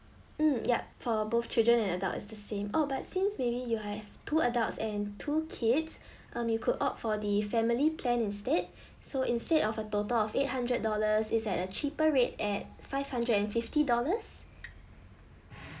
mm yup for both children and adults it's the same oh but since maybe you have two adults and two kids um you could opt for the family plan instead so instead of a total of eight hundred dollars is at a cheaper rate at five hundred and fifty dollars